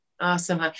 awesome